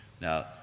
Now